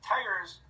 Tigers